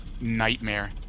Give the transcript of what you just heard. nightmare